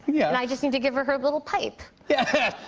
yeah and i just need to give her her little pipe. yeah.